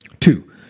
Two